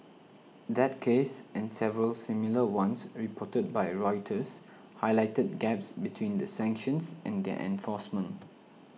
that case and several similar ones reported by Reuters Highlighted Gaps between the sanctions and their enforcement